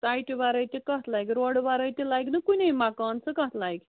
سایٹہِ وَرٲے تہِ کَتھ لَگہِ روڈٕ وَرٲے تہِ لَگنہِ کُنی مکان سُہ کَتھ لَگہِ